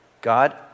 God